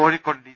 Kozhikode D